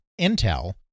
Intel